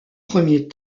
premier